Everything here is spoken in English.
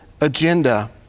agenda